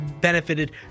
benefited